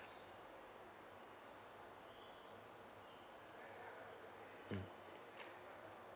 mm